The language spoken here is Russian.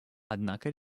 однако